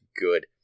good